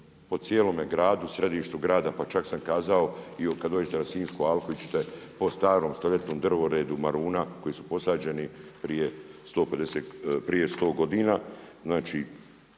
po cijelome gradu, središtu grada, pa čak sam kazao i kada dođete na Sinjsku alku ići ćete po starom stoljetnom drvoredu maruna koji su posađeni prije 100 godina.